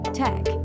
tech